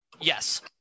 Yes